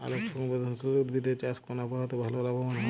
আলোক সংবেদশীল উদ্ভিদ এর চাষ কোন আবহাওয়াতে ভাল লাভবান হয়?